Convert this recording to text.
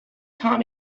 taught